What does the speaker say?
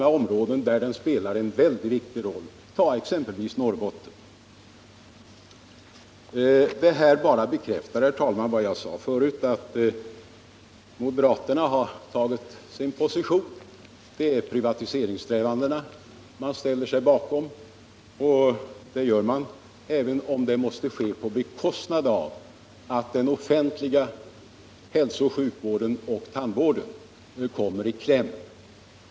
Den spelar en mycket viktig roll — inte minst i Norrland. Det här bara bekräftar, herr talman, vad jag sade förut, nämligen att moderaterna har intagit sin position. Det är privatiseringssträvandena man ställer sig bakom, och det gör man även om det måste ske på bekostnad av den offentliga hälsooch sjukvården och tandvården.